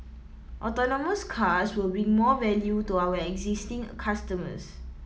autonomous cars will bring more value to our existing customers